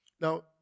Now